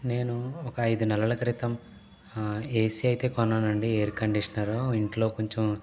నేను ఒక ఐదు నెలల క్రితం ఏసీ అయితే కొన్నానండి ఎయిర్ కండిషనర్ ఇంట్లో కొంచెం